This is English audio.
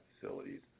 facilities